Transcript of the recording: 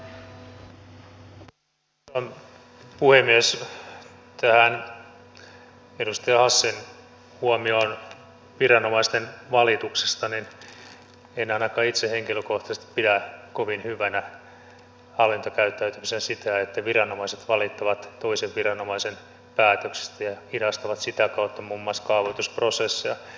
tähän edustaja hassin huomioon viranomaisten valituksista niin en ainakaan itse henkilökohtaisesti pidä kovin hyvänä hallintokäyttäytymisenä sitä että viranomaiset valittavat toisen viranomaisen päätöksistä ja hidastavat sitä kautta muun muassa kaavoitusprosesseja